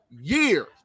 year